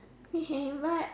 we can invite